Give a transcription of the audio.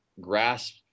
grasp